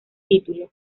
título